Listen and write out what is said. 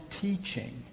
teaching